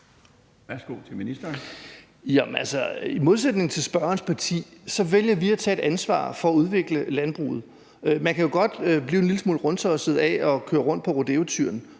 I modsætning til spørgerens parti vælger vi at tage et ansvar for at udvikle landbruget. Man kan jo godt blive en lille smule rundtosset af at køre rundt på rodeotyren,